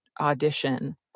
audition